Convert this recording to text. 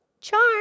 Charm